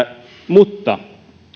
mutta